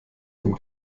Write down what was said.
vom